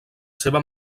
seva